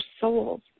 souls